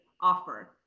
offer